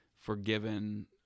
forgiven